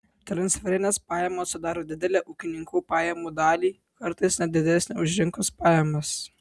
transferinės pajamos sudaro didelę ūkininkų pajamų dalį kartais net didesnę už rinkos pajamas